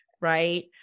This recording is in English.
right